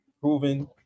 proven